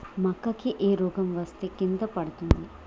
మక్కా కి ఏ రోగం వస్తే కింద పడుతుంది?